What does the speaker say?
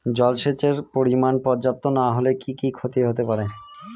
জলসেচের পরিমাণ পর্যাপ্ত না হলে কি কি ক্ষতি হতে পারে?